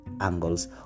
angles